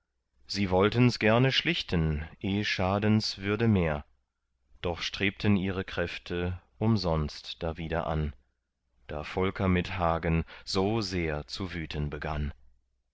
sie wolltens gerne schlichten eh schadens würde mehr doch strebten ihre kräfte umsonst dawider an da volker mit hagen so sehr zu wüten begann